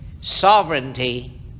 Sovereignty